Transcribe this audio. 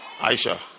Aisha